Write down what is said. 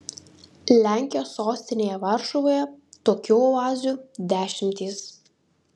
lenkijos sostinėje varšuvoje tokių oazių dešimtys